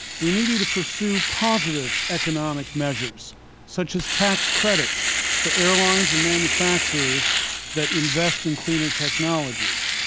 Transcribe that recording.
we need you to pursue positive economic measures such as tax credits for airlines and manufacturers that invest in cleaner technologies.